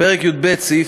פרק ה', סעיף